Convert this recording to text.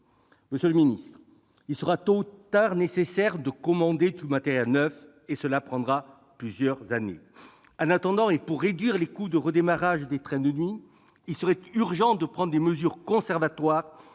fort peu. Il sera tôt ou tard nécessaire de commander du matériel neuf, et cela prendra plusieurs années. En attendant, pour réduire les coûts de redémarrage des trains de nuit, il serait urgent de prendre des mesures conservatoires